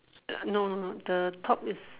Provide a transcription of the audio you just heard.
err no no no the top is